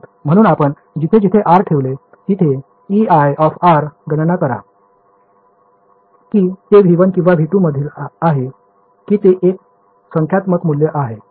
म्हणून आपण जिथे जिथे r ठेवले तिथे Ei गणना करा की ते V1 किंवा V2 मधील आहे की ते एक संख्यात्मक मूल्य आहे